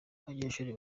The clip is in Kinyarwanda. abanyeshuri